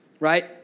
Right